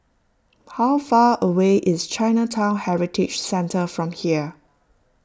how far away is Chinatown Heritage Centre from here